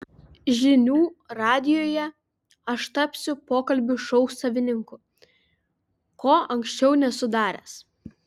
žinių radijuje aš tapsiu pokalbių šou savininku ko anksčiau nesu daręs